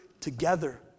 together